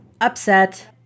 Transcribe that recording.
upset